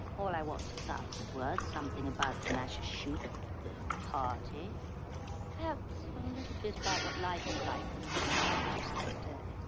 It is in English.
all i want is a thousand words something about the masher shoot the party perhaps a little bit about what life is like for the three temptresses today.